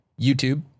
YouTube